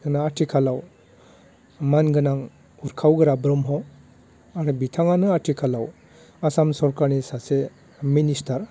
जोंना आथिखालाव मान गोनां उरखाव गोरा ब्रह्म आरो बिथाङानो आथिखालाव आसाम सरखारनि सासे मिनिस्टार